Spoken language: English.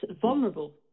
vulnerable